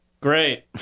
Great